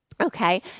Okay